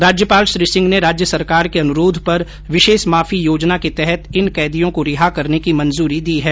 राज्यपाल श्री सिंह ने राज्य सरकार के अनुरोध पर विषेष माफी योजना के तहत इन कैदियों को रिहा करने की मंजूरी दी है